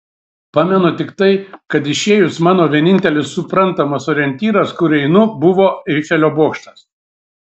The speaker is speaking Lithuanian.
pamenu tik tai kad išėjus mano vienintelis suprantamas orientyras kur einu buvo eifelio bokštas